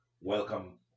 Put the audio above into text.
welcome